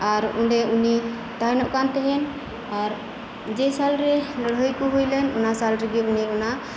ᱟᱨ ᱚᱸᱰᱮ ᱩᱱᱤ ᱛᱮᱦᱮᱱᱚᱜ ᱠᱟᱱᱛᱟᱦᱮᱱ ᱟᱨ ᱡᱮ ᱥᱟᱞᱨᱮ ᱞᱟᱹᱲᱦᱟᱹᱭ ᱠᱩ ᱦᱩᱭᱞᱮᱱ ᱚᱱᱟ ᱥᱟᱞ ᱨᱮᱜᱤ ᱚᱱᱮ ᱚᱱᱟ